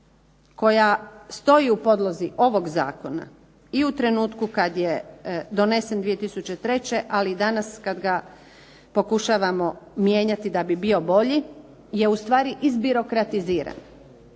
koja stoji u podlozi ovog zakona i u trenutku kada je donesen 2003. ali i danas kada ga pokušavamo mijenjati da bi bio bolji, je u stvari izbirokratiziran.